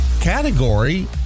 category